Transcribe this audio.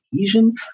Asian